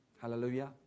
hallelujah